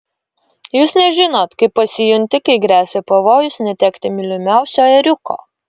jūs nežinot kaip pasijunti kai gresia pavojus netekti mylimiausio ėriuko